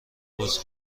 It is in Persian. عذر